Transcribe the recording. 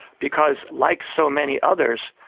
because, like so many others,